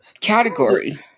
category